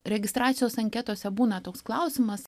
registracijos anketose būna toks klausimas